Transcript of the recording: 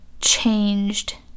changed